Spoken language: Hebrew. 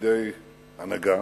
לתפקידי הנהגה.